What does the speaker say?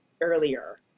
earlier